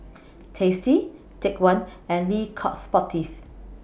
tasty Take one and Le Coq Sportif